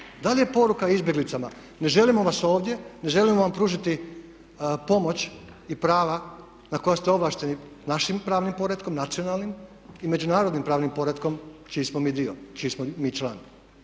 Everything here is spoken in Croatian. Da li je poruka izbjeglicama ne želimo vas ovdje, ne želimo vam pružiti pomoć i prava na koja ste ovlašteni našim pravnim poretkom, nacionalnim i međunarodnim pravnim poretkom čiji smo mi dio, čiji smo mi član.